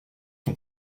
ton